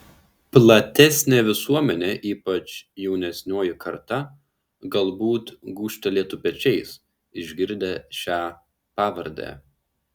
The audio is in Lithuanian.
platesnė visuomenė ypač jaunesnioji karta galbūt gūžtelėtų pečiais išgirdę šią pavardę